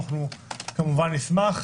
כמובן נשמח.